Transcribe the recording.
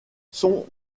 sont